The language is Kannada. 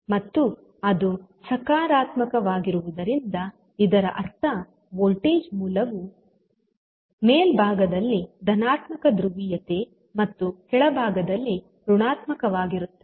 ಮತ್ತು ಅದು ಸಕಾರಾತ್ಮಕವಾಗಿರುವುದರಿಂದ ಇದರ ಅರ್ಥ ವೋಲ್ಟೇಜ್ ಮೂಲವು ಮೇಲ್ಭಾಗದಲ್ಲಿ ಧನಾತ್ಮಕ ಧ್ರುವೀಯತೆ ಮತ್ತು ಕೆಳಭಾಗದಲ್ಲಿ ಋಣಾತ್ಮಕವಾಗಿರುತ್ತದೆ